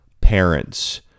Parents